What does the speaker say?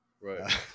Right